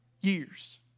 years